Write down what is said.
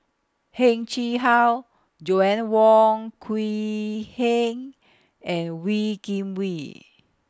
Heng Chee How Joanna Wong Quee Heng and Wee Kim Wee